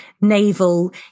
naval